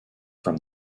from